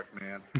man